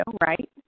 right